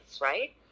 right